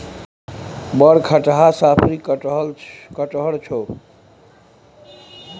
बड़ खटहा साफरी कटहड़ छौ